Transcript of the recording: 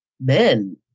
men